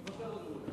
מוותר.